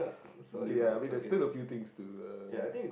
okay ya I mean there's still a few things to uh